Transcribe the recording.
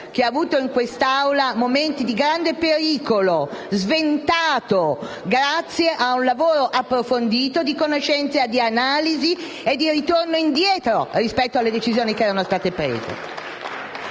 che ha visto in questa Aula momenti di grande pericolo, sventato grazie a un lavoro approfondito di conoscenza e di analisi e ad un ritorno indietro rispetto alle decisioni prese.